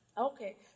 Okay